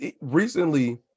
recently